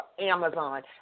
Amazon